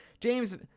James